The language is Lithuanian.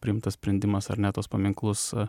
priimtas sprendimas ar ne tuos paminklus